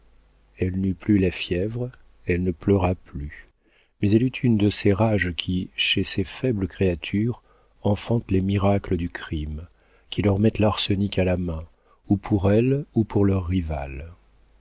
elle n'eut plus la fièvre elle ne pleura plus mais elle eut une de ces rages qui chez ces faibles créatures enfantent les miracles du crime qui leur mettent l'arsenic à la main ou pour elle ou pour leurs rivales